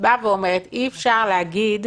אפשרות להיות סגן שר מבלי להיות חבר